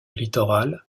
littoral